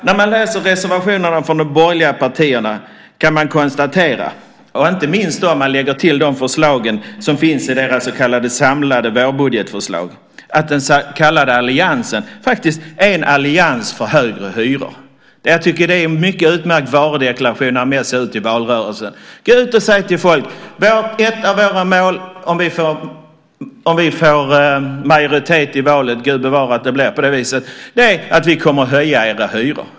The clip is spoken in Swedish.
När man läser reservationerna från de borgerliga partierna kan man konstatera, inte minst om man lägger till de förslag som finns i deras så kallade samlade vårbudgetförslag, att den så kallade alliansen faktiskt är en allians för högre hyror. Jag tycker att det är en mycket utmärkt varudeklaration när de ger sig ut i valrörelsen. Gå ut och säg till folk: Ett av våra mål om vi får majoritet i valet - gud bevare att det blev på det viset - är att vi kommer att höja era hyror.